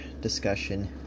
discussion